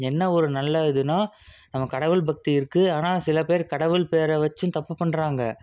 என்ன ஒரு நல்ல இதுனால் நமக்கு கடவுள் பக்தி இருக்குது ஆனால் சில பேர் கடவுள் பேரை வைச்சும் தப்பு பண்ணுறாங்க